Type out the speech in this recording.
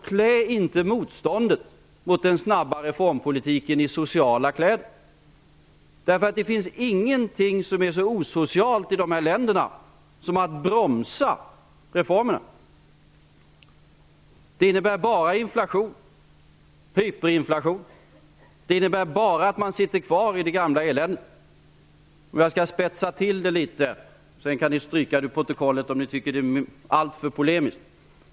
Klä inte motståndet mot den snabba reformpolitiken i sociala kläder! Det finns ingenting som är så osocialt i dessa länder som att bromsa reformerna. Det innebär bara inflation -- hyperinflation. Det innebär bara att man sitter kvar i det gamla eländet. Jag kan spetsa till det litet; ni kan stryka det ur protokollet sedan om ni tycker att det är alltför polemiskt.